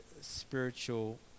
spiritual